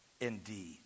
indeed